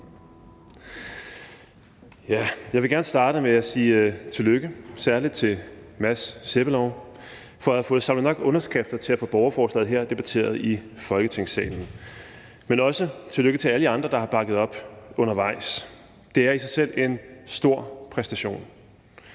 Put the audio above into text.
Jeg vil gerne starte med at sige tillykke, særlig til Mads Sebbelov for at have fået samlet nok underskrifter til at få borgerforslaget her debatteret i Folketingssalen, men også tillykke til alle jer andre, der har bakket op undervejs. Det er i sig selv en stor præstation.